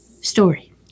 story